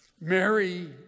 Mary